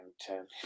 ten